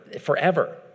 forever